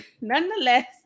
nonetheless